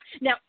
Now